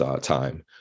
time